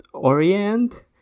orient